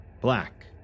Black